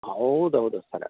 ಹೌದೌದು ಸರ